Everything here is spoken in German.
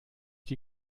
die